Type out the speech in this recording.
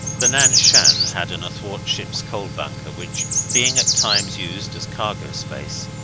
the nan-shan had an athwartship coal-bunker, which, being at times used as cargo space,